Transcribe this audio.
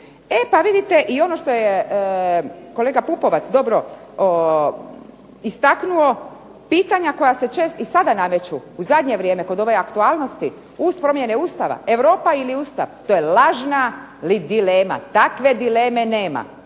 E pa vidite i ono što je kolega Pupovac dobro istaknuo pitanja koja se i sada nameću u zadnje vrijeme kod ove aktualnosti uz promjene Ustava, Europa ili Ustav to je lažna dilema. Takve dileme nema.